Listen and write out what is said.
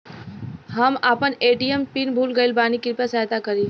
हम आपन ATM PIN भूल गईल बानी कृपया सहायता करी